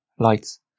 lights